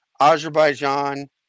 Azerbaijan